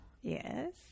Yes